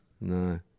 No